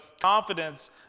confidence